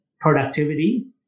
productivity